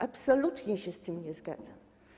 Absolutnie się z tym nie zgadzam.